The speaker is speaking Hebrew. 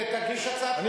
תגיש הצעת חוק לאישור,